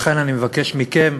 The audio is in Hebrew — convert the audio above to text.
לכן אני מבקש מכם